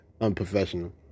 unprofessional